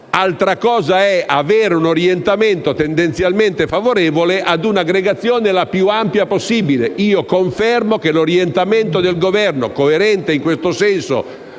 altra cosa è avere un orientamento tendenzialmente favorevole ad un'aggregazione la più ampia possibile. Confermo che l'orientamento del Governo, coerente in questo senso